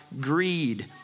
greed